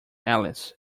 alice